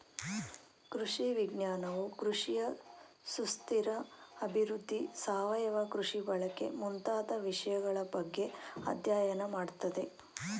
ಕೃಷಿ ವಿಜ್ಞಾನವು ಕೃಷಿಯ ಸುಸ್ಥಿರ ಅಭಿವೃದ್ಧಿ, ಸಾವಯವ ಕೃಷಿ ಬಳಕೆ ಮುಂತಾದ ವಿಷಯಗಳ ಬಗ್ಗೆ ಅಧ್ಯಯನ ಮಾಡತ್ತದೆ